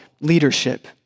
leadership